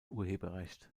urheberrecht